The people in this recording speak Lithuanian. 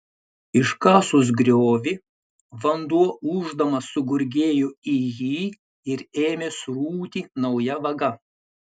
iškasus griovį vanduo ūždamas sugurgėjo į jį ir ėmė srūti nauja vaga